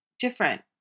Different